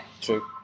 True